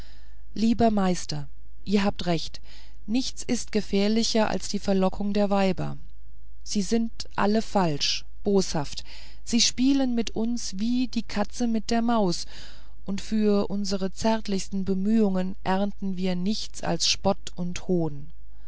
lieber meister ihr habt recht nichts ist gefährlicher als die verlockung der weiber sie sind alle falsch boshaft sie spielen mit uns wie die katzen mit der maus und für unsere zärtlichsten bemühungen ernten wir nichts ein als spott und hohn